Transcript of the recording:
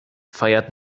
feiert